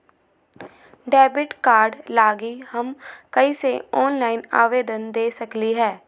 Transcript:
Debit card लागी हम कईसे ऑनलाइन आवेदन दे सकलि ह?